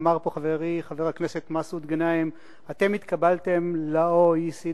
אמר פה חברי חבר הכנסת מסעוד גנאים: אתם התקבלתם ל-OECD.